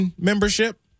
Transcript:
membership